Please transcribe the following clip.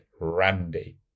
Randy